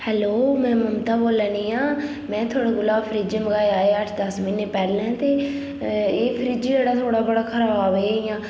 hello में ममता बोल्लै नी आं में थुआड़े कोला फ्रिज मंगाया हा अट्ठ दस म्हीने पैह्ले ते एह् फ्रिज जेह्ड़ा थुआड़ा बड़ा खराब ऐ इयां